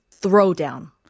throwdown